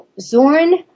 Zoran